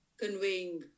conveying